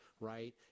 right